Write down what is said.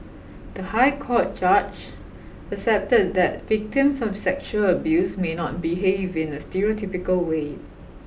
the High Court judge accepted that victims of sexual abuse may not behave in a stereotypical way